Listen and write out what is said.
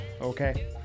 okay